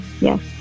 Yes